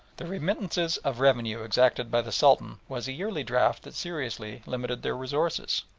the remittances of revenue exacted by the sultan was a yearly draft that seriously limited their resources.